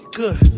good